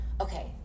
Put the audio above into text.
okay